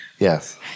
Yes